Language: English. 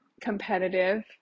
competitive